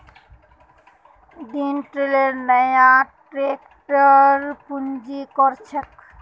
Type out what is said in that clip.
जितेंद्र नया ट्रैक्टरेर पूजा कर छ